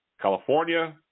California